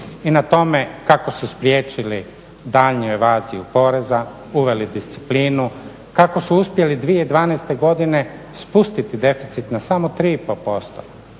i na tome kako su spriječili daljnju evaziju poreza, uveli disciplinu, kako su uspjeli 2012.godine spustiti deficit na samo 3,5%.